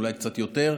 אולי קצת יותר.